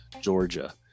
Georgia